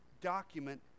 document